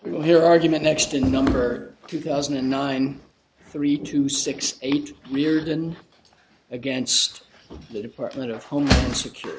will hear argument next in number two thousand and nine three two six eight leered and against the department of homeland security